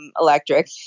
electric